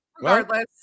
Regardless